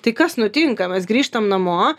tai kas nutinka mes grįžtam namo